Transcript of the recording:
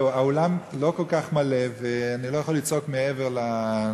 האולם לא כל כך מלא ואני לא יכול לצעוק מעבר לשיחה.